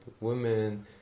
women